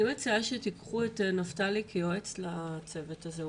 אני מציעה שתקחו את נפתלי כיועץ לצוות הזה.